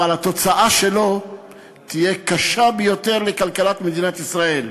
אבל התוצאה שלו תהיה קשה ביותר לכלכלת מדינת ישראל.